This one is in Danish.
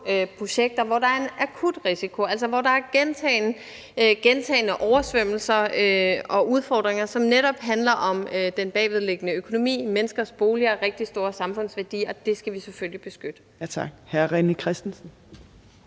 projekter, hvor der er en akut risiko, altså hvor der er gentagne oversvømmelser og udfordringer, som netop handler om den bagvedliggende økonomi. Menneskers boliger er rigtig store samfundsværdier, og det skal vi selvfølgelig beskytte.